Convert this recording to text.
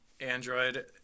Android